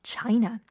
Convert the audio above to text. China